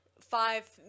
five